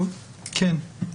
"(ג)